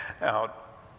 out